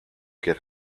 get